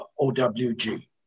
OWG